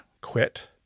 quit